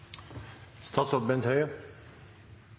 statsråd Bent Høie